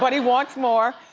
but he wants more.